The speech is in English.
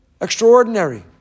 Extraordinary